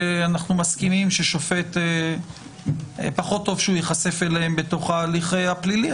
שאנחנו מסכימים ששופט פחות טוב שהוא ייחשף אליהם בתוך ההליך הפלילי,